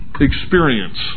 experience